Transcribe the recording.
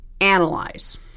analyze